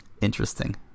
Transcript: Interesting